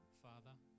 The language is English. father